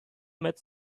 met